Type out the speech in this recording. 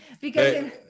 because-